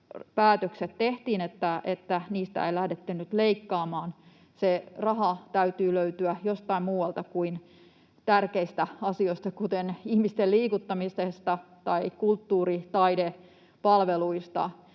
päätökset tehtiin, että niistä ei lähdetty nyt leikkaamaan. Sen rahan täytyy löytyä jostain muualta kuin tärkeistä asioista, kuten ihmisten liikuttamisesta tai kulttuuri- ja taidepalveluista.